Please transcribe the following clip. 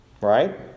right